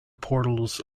portals